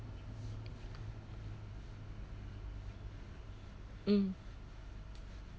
mm